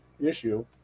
issue